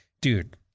dude